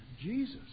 Jesus